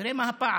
תראה מה הפער.